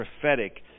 prophetic